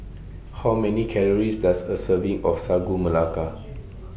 How Many Calories Does A Serving of Sagu Melaka